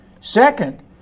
Second